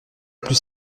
plus